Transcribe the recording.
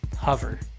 Hover